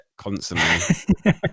constantly